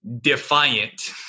defiant